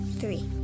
three